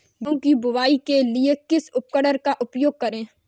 गेहूँ की बुवाई के लिए किस उपकरण का उपयोग करें?